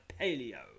paleo